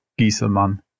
Gieselmann